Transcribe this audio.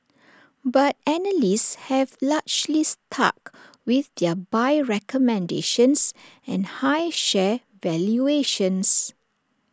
but analysts have largely stuck with their buy recommendations and high share valuations